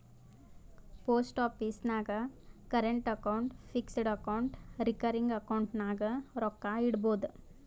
post office ನಾಗ್ current account, fixed account, recurring account ನಾಗ್ ರೊಕ್ಕಾ ಇಡ್ಬೋದ್